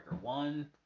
One